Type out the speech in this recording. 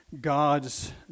God's